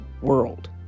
world